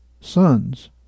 sons